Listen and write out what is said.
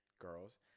girls